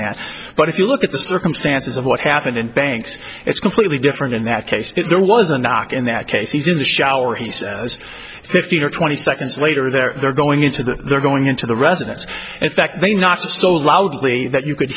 behind but if you look at the circumstances of what happened in banks it's completely different in that case if there was a knock in that case he's in the shower he says yes fifteen or twenty seconds later they're going into the they're going into the residence in fact they knocked so loudly that you could